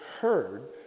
heard